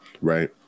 Right